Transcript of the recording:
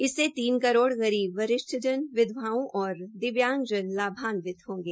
इससे तीन करोड़ गरीब वरिष्ठ जन विधवायें और दिव्यांग जन लाभान्वित होंगे